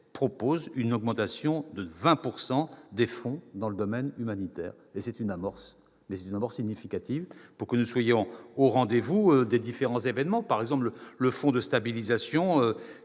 propose une augmentation des fonds de 20 % dans le domaine humanitaire. C'est une amorce, mais une amorce significative, l'objectif étant que nous soyons au rendez-vous des différents événements. Par exemple, le fonds de stabilisation